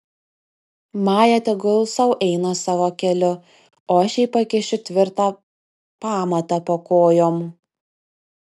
maja tegul sau eina savo keliu o aš jai pakišiu tvirtą pamatą po kojom